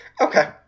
okay